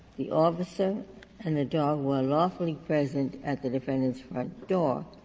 the officer and the dog were lawfully present at the defendant's front door,